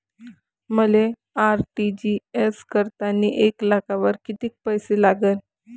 मले आर.टी.जी.एस करतांनी एक लाखावर कितीक पैसे लागन?